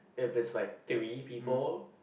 if it's like three people